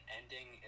ending